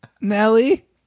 nelly